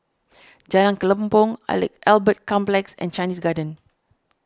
Jalan Kelempong Albert Complex and Chinese Garden